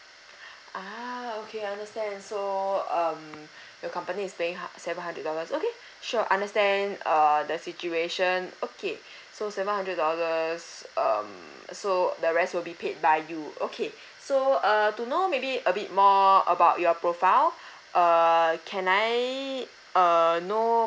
ah okay understand so um your company is paying ha~ seven hundred dollars okay sure understand err the situation okay so seven hundred dollars um so the rest will be paid by you okay so uh to know maybe a bit more about your profile err can I err know